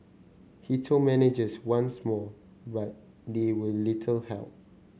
he told managers once more but they were little help